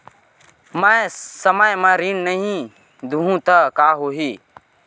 मैं समय म ऋण नहीं देहु त का होही